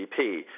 GDP